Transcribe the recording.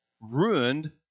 ruined